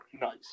nice